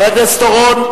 חבר הכנסת אורון,